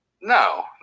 No